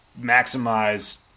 maximize